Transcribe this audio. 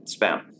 spam